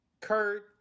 Kurt